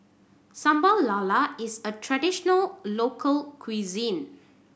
Sambal Lala is a traditional local cuisine